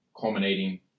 culminating